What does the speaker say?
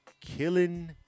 killing